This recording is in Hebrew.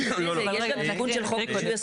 אבל יש תיקון של חוק רישוי עסקים.